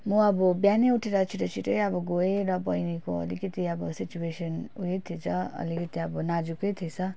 म अब बिहानै उठेर छिटो छिटै अब गएँ र बहिनीको अलिकति सिचुएसन उयै थिएछ अलिकति अब नाजुकै थिएछ